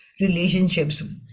relationships